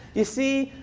you see,